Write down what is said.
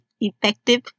effective